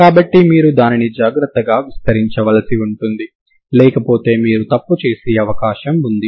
కాబట్టి మీరు దానిని జాగ్రత్తగా విస్తరించవలసి ఉంటుంది లేకపోతే మీరు తప్పు చేసే అవకాశం ఉంది